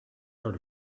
sort